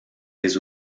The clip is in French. des